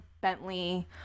Bentley